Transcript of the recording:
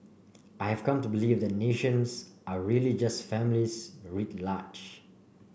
I have come to believe that nations are really just families writ large